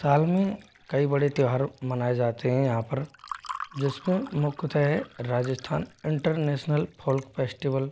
साल में कई बड़े त्यौहार मनाए जाते हैं यहाँ पर जिसमें मुख्यतः है राजस्थान इंटरनेशनल फॉल्क फेस्टिवल